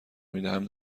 میدهم